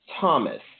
Thomas